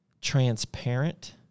transparent